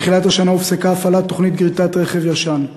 בתחילת השנה הופסקה הפעלת תוכנית גריטת רכב ישן.